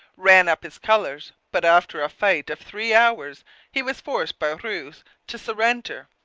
ran up his colours, but after a fight of three hours he was forced by rous to surrender.